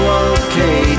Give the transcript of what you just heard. okay